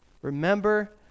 Remember